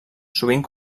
sovint